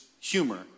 humor